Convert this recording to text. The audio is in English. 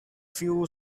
few